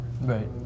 Right